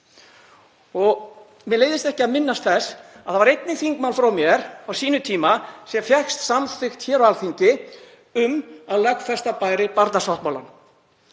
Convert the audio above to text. Og mér leiðist ekki að minnast á að það var einnig þingmál frá mér á sínum tíma, sem fékkst samþykkt hér á Alþingi, um að lögfesta bæri barnasáttmálann.